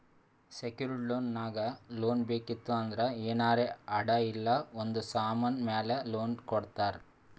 secured loan ನಾಗ್ loan ಬೇಕಿತ್ತು ಅಂದ್ರ ಏನಾರೇ ಅಡಾ ಇಲ್ಲ ಒಂದ್ ಸಮಾನ್ ಮ್ಯಾಲ ಲೋನ್ ಕೊಡ್ತಾರ್